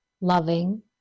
loving